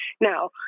Now